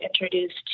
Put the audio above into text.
introduced